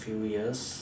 few years